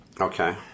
Okay